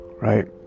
right